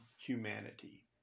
humanity